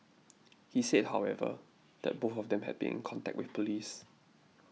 he said however that both of them had been in contact with police